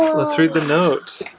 let's read the note